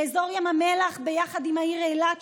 לאזור ים המלח יחד עם העיר אילת,